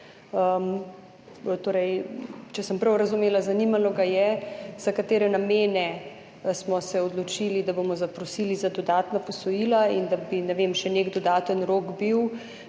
če sem prav razumela, zanimalo ga je, za katere namene smo se odločili, da bomo zaprosili za dodatna posojila, in da bi, ne vem, še nek dodaten rok bil.